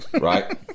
Right